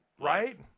Right